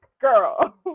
Girl